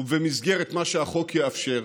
ובמסגרת מה שהחוק יאפשר,